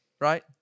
Right